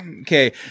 Okay